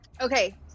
Okay